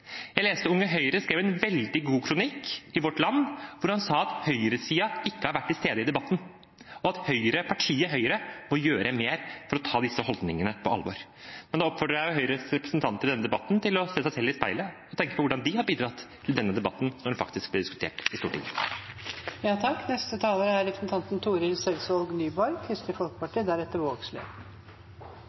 en veldig god kronikk Unge Høyre skrev i Vårt Land, der de sa at høyresiden ikke har vært til stede i debatten, og at partiet Høyre må gjøre mer for å ta disse holdningene på alvor. Da oppfordrer jeg Høyres representanter i denne debatten til å se seg selv i speilet og tenke på hvordan de har bidratt i denne debatten, når saken faktisk blir diskutert i Stortinget. Det vart nemnt ny regjering, av representanten